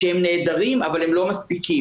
שהם נהדרים אבל הם לא מספיקים.